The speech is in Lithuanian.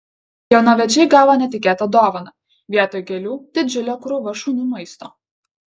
jaunavedžiai gavo netikėtą dovaną vietoj gėlių didžiulė krūva šunų maisto